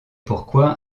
pourquoi